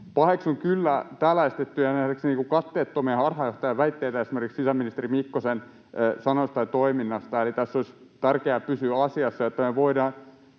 paheksun kyllä täällä esitettyjä nähdäkseni katteettomia ja harhaanjohtavia väitteitä esimerkiksi sisäministeri Mikkosen sanoista ja toiminnasta. Eli tässä olisi tärkeää pysyä asiassa, että me voidaan